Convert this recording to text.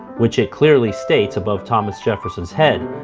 which it clearly states above thomas jefferson's head,